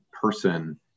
person